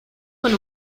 con